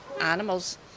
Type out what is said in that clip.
animals